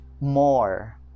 more